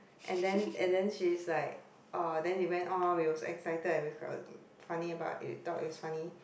and then and then she's like orh then we went on we were so excited and funny about it thought it was funny